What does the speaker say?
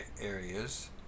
areas